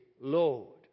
Lord